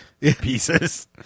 Pieces